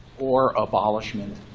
or abolishment,